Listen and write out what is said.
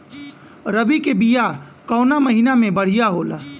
रबी के बिया कवना महीना मे बढ़ियां होला?